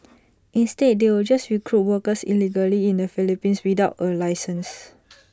instead they will just recruit workers illegally in the Philippines without A licence